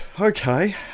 Okay